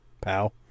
pal